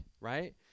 right